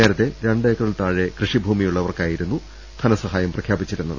നേരത്തെ രണ്ടേക്കറിൽ താഴെ കൃഷിഭൂമിയുള്ളവർക്കായി ധന സ ഹായം പ്രഖ്യാ പിച്ചിരുന്നത്